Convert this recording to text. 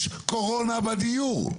יש קורונה בדיור.